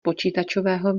počítačového